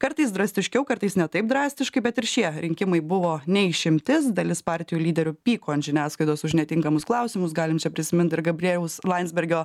kartais drastiškiau kartais ne taip drastiškai bet ir šie rinkimai buvo ne išimtis dalis partijų lyderių pyko ant žiniasklaidos už netinkamus klausimus galim čia prisimint ir gabrieliaus landsbergio